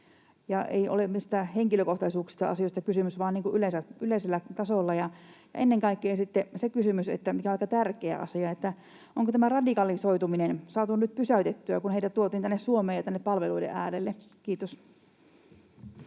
Eikä ole mistään henkilökohtaisuuksista kysymys, vaan niin kuin yleisellä tasolla. Ja ennen kaikkea sitten se kysymys — mikä on aika tärkeä asia — että onko tämä radikalisoituminen saatu nyt pysäytettyä, kun heidät tuotiin tänne Suomeen ja palveluiden äärelle? — Kiitos.